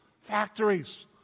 factories